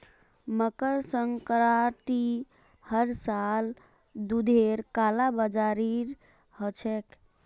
मकर संक्रांतित हर साल दूधेर कालाबाजारी ह छेक